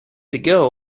ago